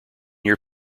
year